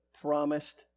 promised